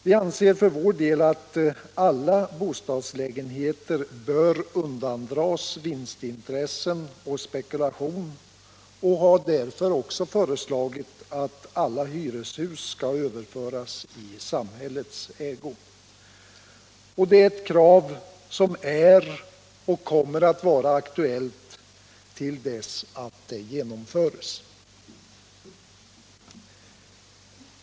Vi anser för vår del att alla bostadslägenheter bör undandras vinstintressen och spekulation och har därför också föreslagit att alla hyreshus skall överföras i samhällets ägo. Det är ett krav som är och kommer att vara aktuellt till dess att det genomförs.